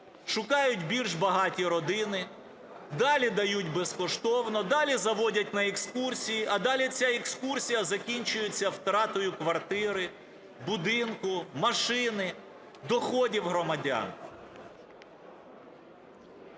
Шукають більш багаті родини, далі дають безкоштовно, далі заводять на екскурсію, а далі ця екскурсія закінчується втратою квартири, будинку, машини, доходів громадян.